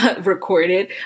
recorded